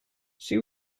she